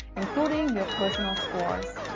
including your personal scores,